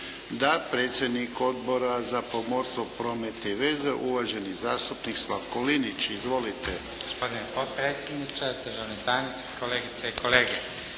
Da. Predsjednik Odbora za pomorstvo, promet i veze, uvaženi zastupnik Slavko Linić. Izvolite. **Linić, Slavko (SDP)** Gospodine potpredsjedniče, državni tajniče, kolegice i kolege.